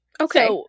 Okay